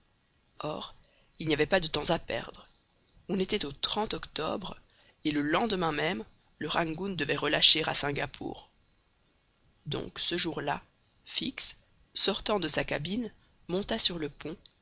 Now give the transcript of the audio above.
or il n'y avait pas de temps à perdre on était au octobre et le lendemain même le rangoon devait relâcher à singapore donc ce jour-là fix sortant de sa cabine monta sur le pont